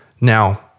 Now